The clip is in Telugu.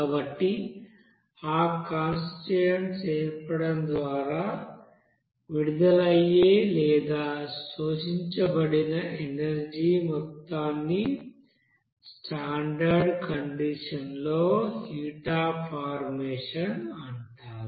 కాబట్టి ఆ కాన్స్టిట్యూయెంట్స్ ఏర్పడటం ద్వారా విడుదలయ్యే లేదా శోషించబడిన ఎనర్జీ మొత్తాన్ని స్టాండర్డ్ కండిషన్ లో హీట్ అఫ్ ఫార్మేషన్ అంటారు